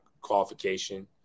qualification